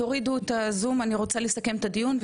אני רוצה לסכם את הדיון.